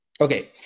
Okay